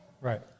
Right